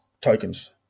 tokens